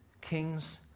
kings